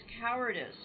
cowardice